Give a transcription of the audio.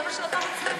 זה מה שאתה רוצה?